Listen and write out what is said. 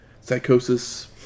Psychosis